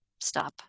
stop